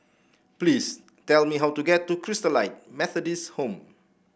please tell me how to get to Christalite Methodist Home